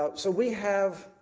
ah so we have,